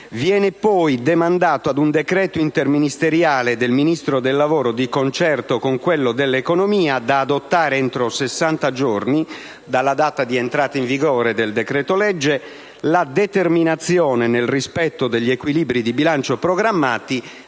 Viene poi demandata ad un decreto interministeriale del Ministro del lavoro, di concerto con quello dell'economia, da adottare entro sessanta giorni dalla data di entrata in vigore del decreto-legge, la determinazione, nel rispetto degli equilibri di bilancio programmati,